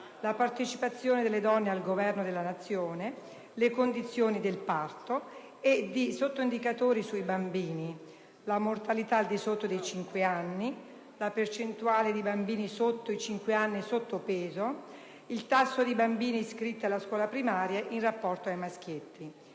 la partecipazione delle donne al governo della Nazione, le condizioni del parto; e di sottoindicatori sui bambini: la mortalità al di sotto dei cinque anni, la percentuale di bambini sotto i cinque anni sottopeso, il tasso di bambine iscritte alla scuola primaria in rapporto ai maschietti.